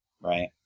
right